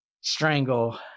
strangle